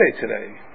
today